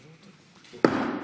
בבקשה.